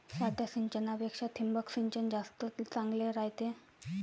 साध्या सिंचनापेक्षा ठिबक सिंचन जास्त चांगले रायते